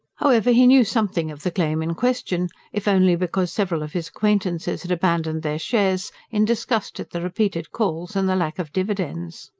however he knew something of the claim in question, if only because several of his acquaintances had abandoned their shares, in disgust at the repeated calls and the lack of dividends.